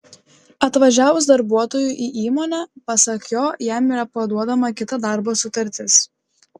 atvažiavus darbuotojui į įmonę pasak jo jam yra paduodama kita darbo sutartis